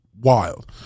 Wild